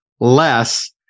Less